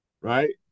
right